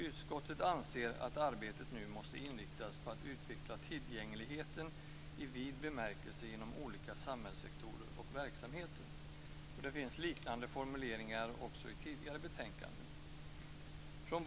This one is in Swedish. Utskottet anser att arbetet nu måste inriktas på att utveckla tillgängligheten i vid bemärkelse inom olika samhällssektorer och verksamheter." Det finns liknande formuleringar också i tidigare betänkanden.